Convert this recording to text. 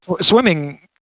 swimming